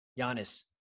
Giannis